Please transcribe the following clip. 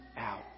out